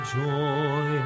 joy